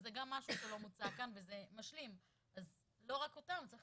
וזה גם משהו שלא מוצע כאן וזה משלים אז צריך